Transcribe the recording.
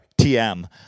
TM